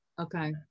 Okay